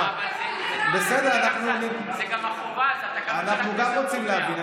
הוא לא רוצה לתרגם.